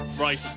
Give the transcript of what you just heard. Right